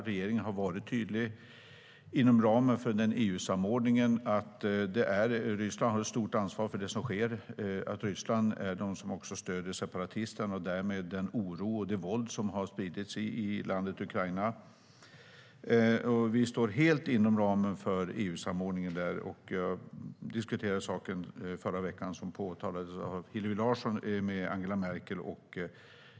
Regeringen har varit tydlig inom ramen för EU-samordningen med att Ryssland har ett stort ansvar för det som sker. Ryssland stöder separatisterna och därmed den oro och det våld som har spridits i landet Ukraina. Vi står helt inom ramen för EU-samordningen där. Jag diskuterade saken förra veckan, som påpekades av Hillevi Larsson, med Angela Merkel.